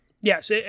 Yes